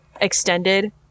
extended